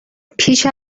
پیش